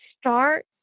Start